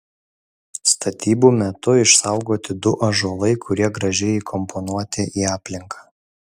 statybų metu išsaugoti du ąžuolai kurie gražiai įkomponuoti į aplinką